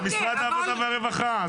של משרד העבודה והרווחה.